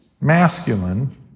masculine